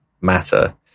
matter